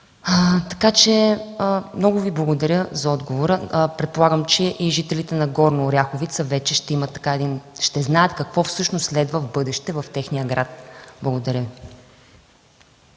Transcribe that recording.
изправно. Много Ви благодаря за отговора. Предполагам, че жителите на Горна Оряховица вече ще знаят какво следва в бъдеще в техния град. Благодаря.